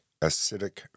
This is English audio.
acidic